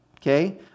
Okay